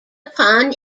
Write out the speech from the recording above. upon